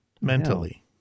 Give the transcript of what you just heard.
Mentally